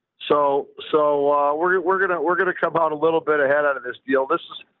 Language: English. so, so we're, yeah we're gonna, we're gonna come out a little bit ahead out of this deal. this is,